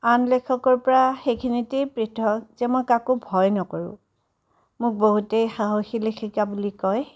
আন লেখকৰ পৰা সেইখিনিতেই পৃথক যে মই কাকো ভয় নকৰোঁ মোক বহুতেই সাহসী লেখিকা বুলি কয়